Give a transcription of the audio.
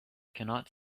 cannot